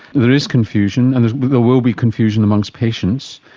there is confusion, and there there will be confusion amongst patients.